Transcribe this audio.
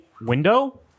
window